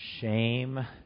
shame